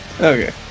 Okay